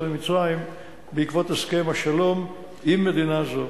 עם מצרים בעקבות הסכם השלום עם מדינה זו.